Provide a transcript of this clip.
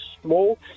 small